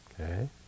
Okay